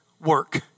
work